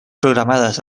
programades